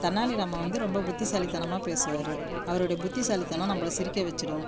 தெனாலிராமன் வந்து ரொம்ப புத்திசாலித்தனமாக பேசுவார் அவருடைய புத்திசாலித்தனம் நம்மள சிரிக்க வச்சுரும்